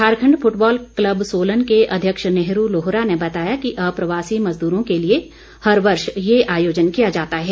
Jharkhand football club Solan के अध्यक्ष नेहरू लोहरा ने बताया कि अप्रवासी मजदूरो के लिए हर वर्ष ये आयोजन किया जाता है